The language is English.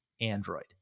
Android